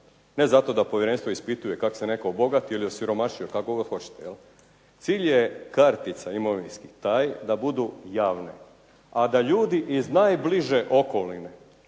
ne zato da povjerenstvo ispituje kako se netko obogatio ili osiromašio, kako god hoćete. Cilj je kartica imovinskih taj da budu javne a da ljudi iz najbliže okoline